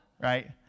right